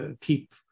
keep